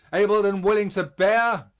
able and willing to bear,